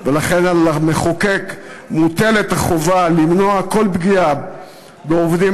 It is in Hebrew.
ולכן על המחוקק מוטלת החובה למנוע כל פגיעה בעובדים